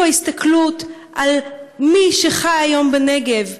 איפה ההסתכלות על מי שחי היום בנגב?